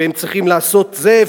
והם צריכים לעשות זה,